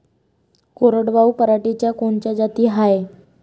कोरडवाहू पराटीच्या कोनच्या जाती हाये?